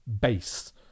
base